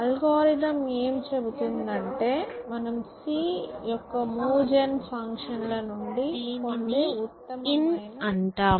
algorithm ఏమి చెబుతుందంటే మనం c యొక్క మూవ్ జెన్ ఫంక్షన్ ల నుండి పొందే ఉత్తమమైన నోడ్ దీనిని in అంటాం